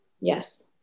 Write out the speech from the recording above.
Yes